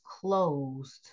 closed